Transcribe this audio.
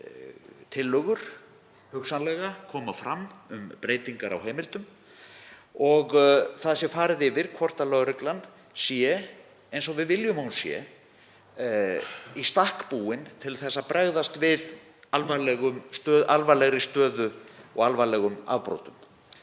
tillögur koma hugsanlega fram um breytingar á heimildum og það sé farið yfir hvort lögreglan sé eins og við viljum að hún sé, í stakk búin til að bregðast við alvarlegri stöðu og alvarlegum afbrotum.